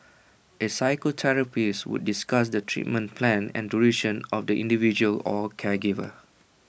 A physiotherapist would discuss the treatment plan and duration of the individual or caregiver